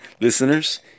listeners